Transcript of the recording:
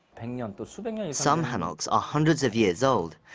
and you know and some and some hanok are hundreds of years old.